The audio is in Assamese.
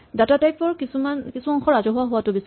ডাটাটাইপ ৰ কিছু অংশ ৰাজহুৱা হোৱাটো বিচাৰে